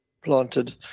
planted